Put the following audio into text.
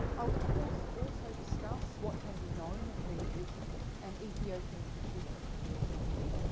i will of course also discuss what can be known of these and ethiopian traditions more generally.